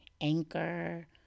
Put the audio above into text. Anchor